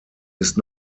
ist